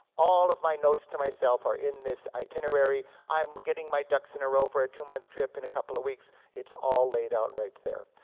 all of my notes to myself are in this itinerary. i'm getting my ducks in a row for a two-month trip in a couple of weeks, it's all laid out right there.